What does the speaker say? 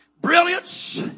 brilliance